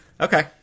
Okay